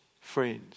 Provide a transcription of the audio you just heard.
friends